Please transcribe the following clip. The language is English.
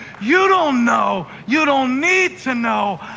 you don't know. you don't need to know.